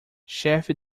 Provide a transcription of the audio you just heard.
chefe